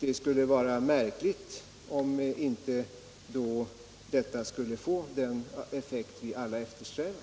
Det skulle vara märkligt, om inte då detta skulle få den effekt vi alla eftersträvar.